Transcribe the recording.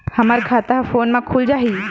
हमर खाता ह फोन मा खुल जाही?